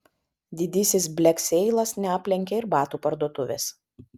didysis blekseilas neaplenkė ir batų parduotuvės